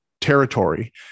territory